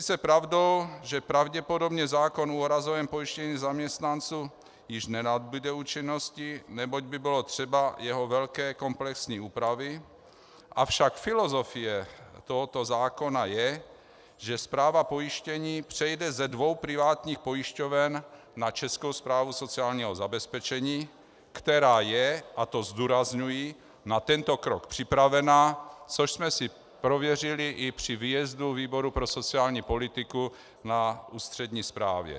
Je sice pravdou, že pravděpodobně zákon o úrazovém pojištění zaměstnanců již nenabude účinnosti, neboť by bylo třeba jeho velké komplexní úpravy, avšak filozofie tohoto zákona je, že správa pojištění přejde ze dvou privátních pojišťoven na Českou správu sociálního zabezpečení, která je a to zdůrazňuji na tento krok připravena, což jsme si prověřili i při výjezdu výboru pro sociální politiku na ústřední správě.